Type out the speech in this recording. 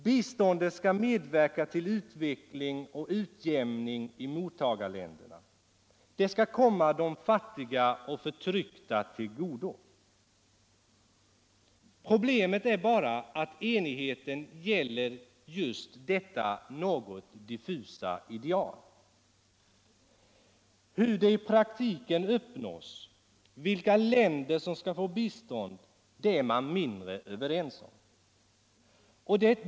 Biståndet skall medverka till utveckling och utjämning i mottagarländerna, det skall komma de fattiga och förtryckta till godo. Problemet är bara att enigheten gäller just detta något diffusa ideal. Hur det i praktiken uppnås, vilka länder som skall få bistånd, är man mindre överens om.